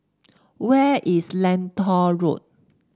where is Lentor Road